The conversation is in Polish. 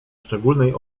szczególnej